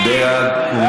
מי בעד?